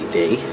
day